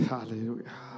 hallelujah